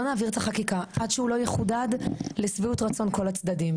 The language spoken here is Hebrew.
לא נעביר את החקיקה עד שהוא לא יחודד לשביעות רצון כל הצדדים.